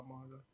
manga